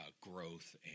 growth